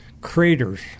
craters